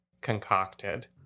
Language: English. concocted